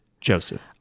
Joseph